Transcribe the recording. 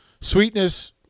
Sweetness